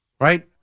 right